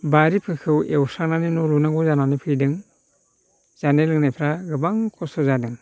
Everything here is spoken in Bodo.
बारिफोरखौ एवस्रांनानै न' लुनांगौ जानानै फैदों जानाय लोंनायफ्रा गोबां खस्त' जादों